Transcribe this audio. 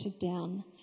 down